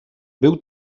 był